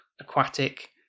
aquatic